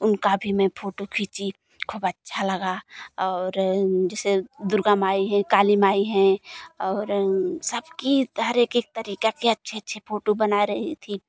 उनकी भी मैं फोटो खींची ख़ूब अच्छा लगा और जैसे दुर्गा माई हैं काली माई हैं और सबकी हर एक एक तरीक़े की अच्छी अच्छी फोटो बना रही थी